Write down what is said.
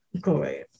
Great